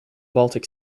baltic